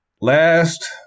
last